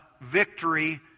victory